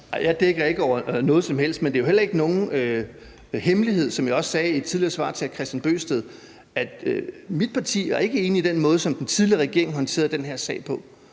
dækker ikke over noget som helst. Men det er jo heller ikke nogen hemmelighed, som jeg også sagde i et tidligere svar til hr. Kristian Bøgsted, at mit parti ikke var enig i den måde, som den tidligere regering håndterede den her sag på.